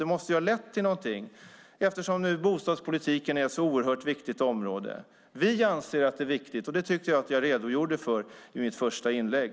Den måste ju ha lett till någonting, eftersom bostadspolitiken nu är ett så oerhört viktigt område. Vi anser att det är viktigt, och det tycker jag att jag redogjorde för i mitt första inlägg.